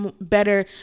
better